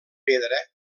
pedra